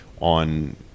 on